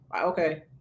Okay